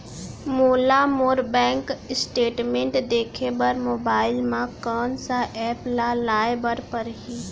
मोला मोर bank statement देखे बर मोबाइल मा कोन सा एप ला लाए बर परही?